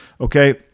okay